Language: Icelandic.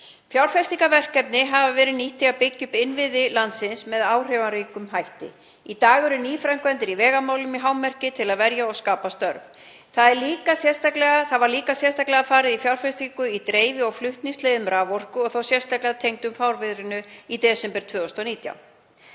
Fjárfestingarverkefni hafa verið nýtt í að byggja upp innviði landsins með áhrifaríkum hætti. Í dag eru nýframkvæmdir í vegamálum í hámarki til að verja og skapa störf. Það var líka sérstaklega farið í fjárfestingu í dreifi- og flutningsleiðum raforku og þá sérstaklega tengdum fárviðrinu í desember 2019.